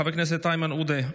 חבר הכנסת איימן עודה,